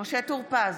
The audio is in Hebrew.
משה טור פז,